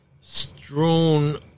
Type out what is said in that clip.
strewn